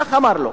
כך אמר לו.